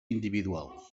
individual